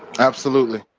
absolutely,